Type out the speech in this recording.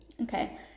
Okay